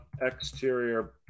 Exterior